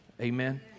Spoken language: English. Amen